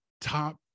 top